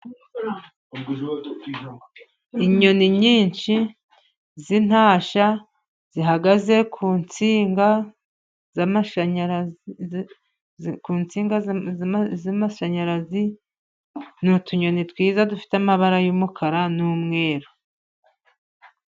Inyoni nyinshi z'intasha zihagaze ku nsinga z'amashanyarazi, ku nsinga z'amashanyarazi, ni utunyoni twiza, dufite amabara y'umukara n'umweru.